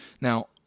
Now